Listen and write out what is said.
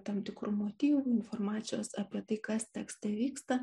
tam tikrų motyvų informacijos apie tai kas tekste vyksta